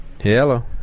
hello